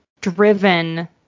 driven